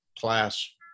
class